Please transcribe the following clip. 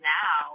now